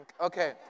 Okay